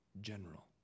general